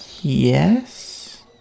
yes